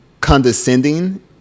condescending